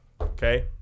Okay